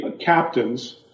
captains